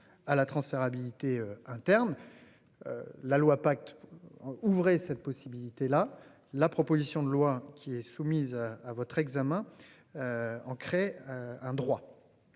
à la transférabilité interne. La loi pacte. Ouvrait cette possibilité là, la proposition de loi qui est soumise à votre examen. En créer un droit.